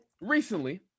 recently